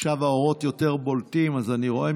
עכשיו האורות יותר בולטים, אז אני רואה.